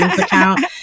account